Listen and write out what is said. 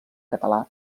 català